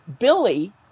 Billy